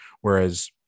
Whereas